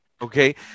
Okay